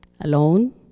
alone